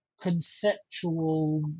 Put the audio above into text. conceptual